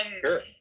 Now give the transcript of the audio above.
Sure